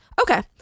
Okay